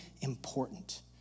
important